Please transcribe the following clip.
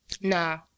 Nah